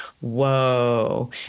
Whoa